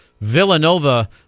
Villanova